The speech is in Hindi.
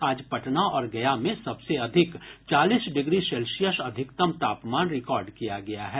आज पटना और गया में सबसे अधिक चालीस डिग्री सेल्सियस अधिकतम तापमान रिकॉर्ड किया गया है